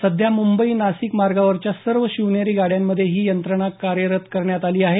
सध्या मुंबई नाशिक मार्गावरच्या सर्व शिवनेरी गाड्यांमधे ही यंत्रणा कार्यरत करण्यात आली आहे